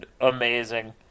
amazing